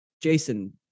Jason